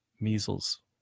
measles